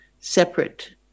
separate